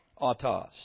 autos